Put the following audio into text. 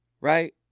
right